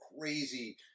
crazy